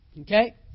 Okay